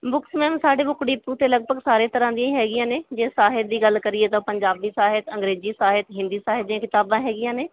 books ma'am ਸਾਡੇ book depot 'ਤੇ ਲਗਭਗ ਸਾਰੇ ਤਰ੍ਹਾਂ ਦੀ ਹੈਗੀਆਂ ਨੇ ਜੇ ਸਾਹਿਤ ਦੀ ਗੱਲ ਕਰੀਏ ਤਾਂ ਪੰਜਾਬੀ ਸਾਹਿਤ ਅੰਗਰੇਜ਼ੀ ਸਾਹਿਤ ਹਿੰਦੀ ਸਾਹਿਤ ਦੀਆਂ ਕਿਤਾਬਾਂ ਹੈਗੀਆਂ ਨੇ